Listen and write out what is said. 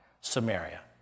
Samaria